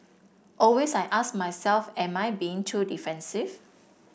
always I ask myself am I being too defensive